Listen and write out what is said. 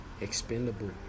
expendable